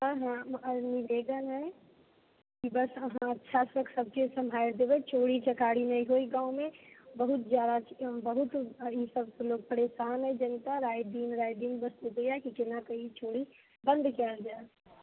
sir अहाँसँ निवेदन अइ की बस अहाँ अच्छासँ सब चीज सम्हारि देबै चोरी चकारी नहि होइ गाँवमे बहुत जादा बहुत ई सबसँ लोक परेशान अइ जनता राति दिन राति दिन बस सोचैये की केनाके ई चोरी बन्द कयल जाय